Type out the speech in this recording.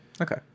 Okay